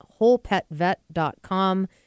wholepetvet.com